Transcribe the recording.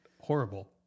Horrible